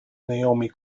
naomi